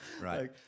Right